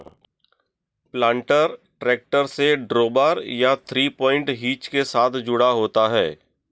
planter tractor से drawbar या three point hitch के साथ जुड़ा होता है